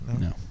No